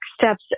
steps